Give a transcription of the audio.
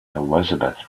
elizabeth